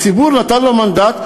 הציבור נתן לו מנדט,